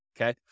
Okay